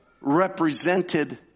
represented